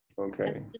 okay